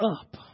up